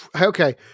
Okay